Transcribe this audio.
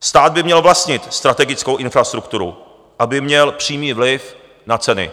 Stát by měl vlastnit strategickou infrastrukturu, aby měl přímý vliv na ceny.